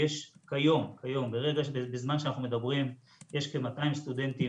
יש כיום בזמן שאנחנו מדברים כ-200 סטודנטים